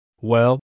Well